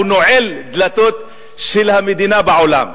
הוא נועל דלתות של המדינה בעולם.